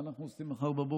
מה אנחנו עושים מחר בבוקר?